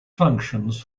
functions